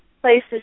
places